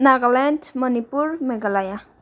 Nagaland Manipur Meghalaya